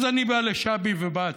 אז אני בא לשבי ובץ,